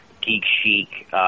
geek-chic